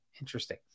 interesting